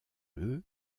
eux